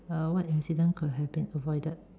err what incident could have been avoided